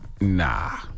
nah